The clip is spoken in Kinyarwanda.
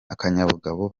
akanyabugabo